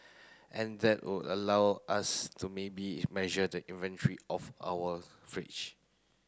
and that would allow us to maybe measure the inventory of our fridge